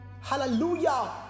Hallelujah